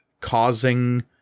causing